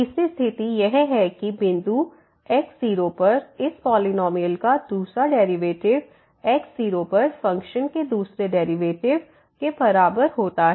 तीसरी स्थिति यह है कि बिंदु x0पर इस पॉलिनॉमियल का दूसरा डेरिवेटिव x0पर फंक्शन के दूसरे डेरिवेटिव के बराबर होता है